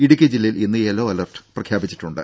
ഇടുക്കി ജില്ലയിൽ ഇന്ന് yellow alert പ്രഖ്യാപിച്ചിട്ടുണ്ട്